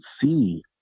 see